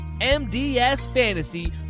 MDSFANTASY